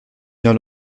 bien